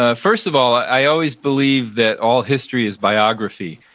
ah first of all, i always believed that all history is biography,